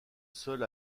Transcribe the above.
seul